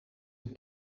een